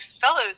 fellows